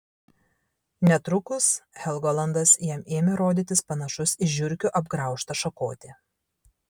netrukus helgolandas jam ėmė rodytis panašus į žiurkių apgraužtą šakotį